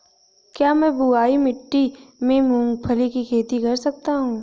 क्या मैं बलुई मिट्टी में मूंगफली की खेती कर सकता हूँ?